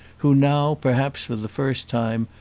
who now, perhaps for the first time,